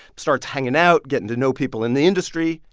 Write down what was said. starts hanging out, getting to know people in the industry.